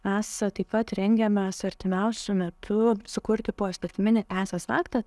esą taip pat rengiam mes artimiausiu metu sukurti poįstatyminį teisės aktą